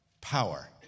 power